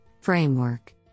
framework